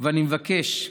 ואני מבקש: